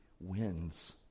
wins